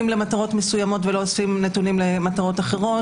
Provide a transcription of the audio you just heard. למטרות מסוימות ולא אוספים נתונים למטרות אחרות,